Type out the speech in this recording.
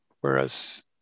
Whereas